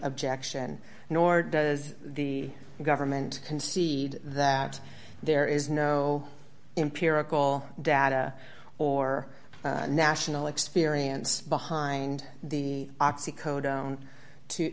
objection nor does the government concede that there is no empirical data or national experience behind the